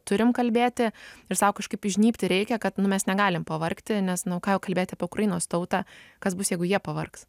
turim kalbėti ir sau kažkaip įžnybti reikia kad nu mes negalim pavargti nes nu ką jau kalbėt apie ukrainos tautą kas bus jeigu jie pavargs